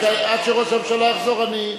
עד שראש הממשלה יחזור אני,